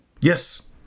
Yes